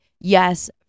Yes